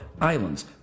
islands